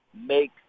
make